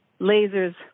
lasers